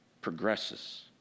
progresses